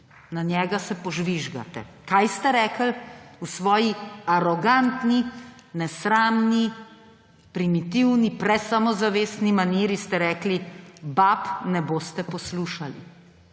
na njega se požvižgate. Kaj ste rekli v svoji arogantni, nesramni, primitivni, presamozavestni maniri? Ste rekli »bab ne boste poslušali«.